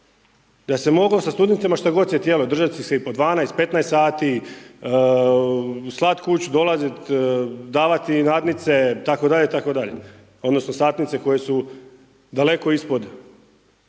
da se moglo sa studentima što god se htjelo, držati ih se i po 12, 15 sati, slati kući, dolaziti, davati nadnice itd. odnosno satnice koje su daleko ispod